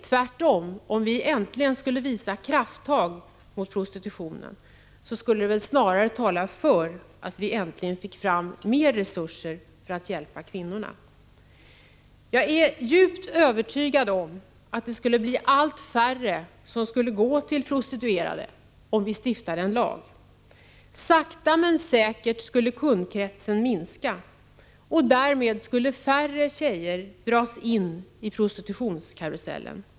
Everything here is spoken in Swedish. Tvärtom, om vi äntligen skulle ta krafttag mot prostitutionen skulle väl ändå detta tala för att vi fick fram mer resurser för att hjälpa kvinnorna. Jag är helt övertygad om att allt färre skulle gå till prostituerade, om vi stiftade en lag. Sakta men säkert skulle kundkretsen minska. Därmed skulle färre flickor dras in i prostitutionskarusellen.